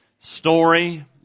story